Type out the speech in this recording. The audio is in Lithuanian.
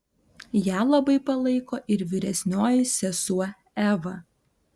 ją labai palaiko ir vyresnioji sesuo eva